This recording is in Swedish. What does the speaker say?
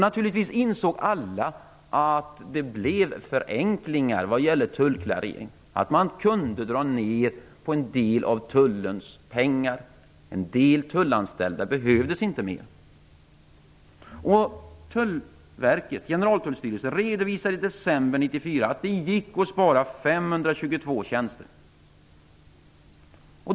Naturligtvis insåg alla att det blev förenklingar vad gäller tullklarering, att man kunde dra ner på en del av tullens pengar. En del tullanställda behövdes inte mer. att det gick att spara 522 tjänster.